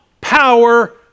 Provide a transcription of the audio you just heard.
power